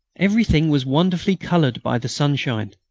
everything was wonderfully coloured by the sunshine.